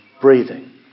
breathing